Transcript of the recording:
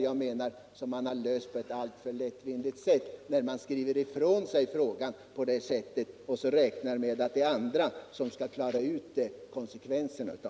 Jag menar att man löst frågan alltför lättvindigt, när man skriver ifrån sig den på det sättet och räknar med att andra skall klara ut konsekvenserna.